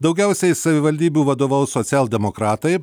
daugiausiai savivaldybių vadovaus socialdemokratai